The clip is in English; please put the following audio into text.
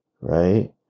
right